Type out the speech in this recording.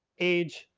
age,